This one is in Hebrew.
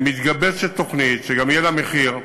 ומתגבשת תוכנית שגם יהיה לה מחיר מראש,